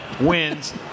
wins